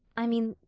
i mean,